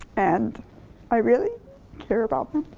and i really care about them.